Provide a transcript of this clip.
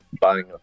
buying